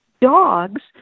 dogs